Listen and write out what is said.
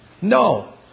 No